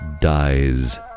dies